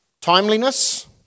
Timeliness